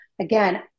again